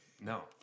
No